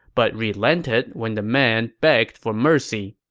but relented when the man begged for mercy